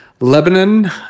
Lebanon